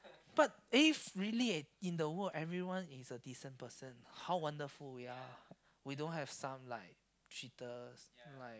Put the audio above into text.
but if really eh in the world everyone is a decent person how wonderful we are we don't have some like cheaters like